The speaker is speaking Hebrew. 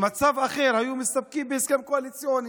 במצב אחר היו מסתפקים בהסכם קואליציוני,